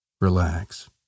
relax